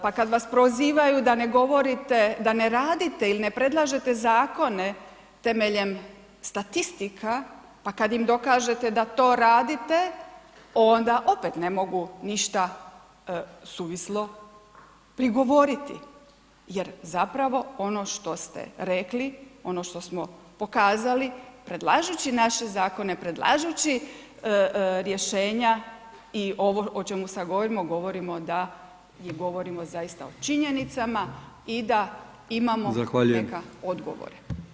Pa kad vas prozivaju da ne govorite, da ne radite ili ne predlažete zakone temeljem statistika pa kad im dokažete da to radite onda opet ne mogu ništa suvislo prigovoriti jer zapravo ono što ste rekli, ono što smo pokazali predlažući naše zakone, predlažući rješenja i ovo o čemu sad govorimo, govorimo da i govorimo zaista o činjenicama i da imamo neke odgovore.